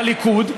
הליכוד,